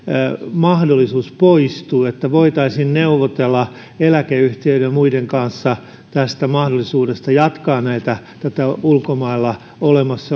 mahdollisuus poistuu että voitaisiin neuvotella eläkeyhtiöiden ja muiden kanssa mahdollisuudesta jatkaa tätä ulkomailla